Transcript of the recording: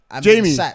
Jamie